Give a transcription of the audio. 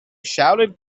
shouted